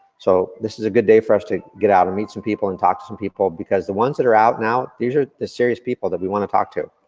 so this is a good day for us to get out and meet some people and talk to some people, because the ones that are out now, these are the serious people that we wanna talk to.